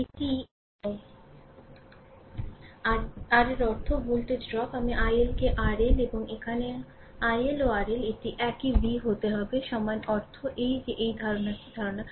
এটি আর এর অর্থ ভোল্টেজ ড্রপ আমি ILকে RL এবং এখানে ILও RL এটি একই v হতে হবে সমান সমান অর্থ এই যে এই ধারণাটিই ধারণা